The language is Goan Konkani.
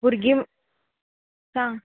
भुरगीं सांग